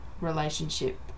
relationship